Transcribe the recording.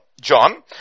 John